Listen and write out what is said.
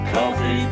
Coffee